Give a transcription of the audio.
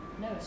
No